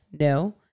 No